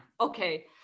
Okay